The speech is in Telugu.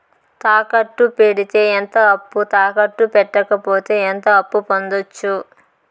తాకట్టు పెడితే ఎంత అప్పు, తాకట్టు పెట్టకపోతే ఎంత అప్పు పొందొచ్చు?